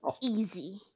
Easy